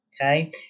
okay